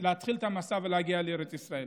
את המסע ולהגיע לארץ ישראל.